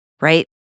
right